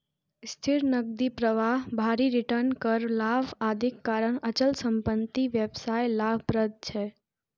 स्थिर नकदी प्रवाह, भारी रिटर्न, कर लाभ, आदिक कारण अचल संपत्ति व्यवसाय लाभप्रद छै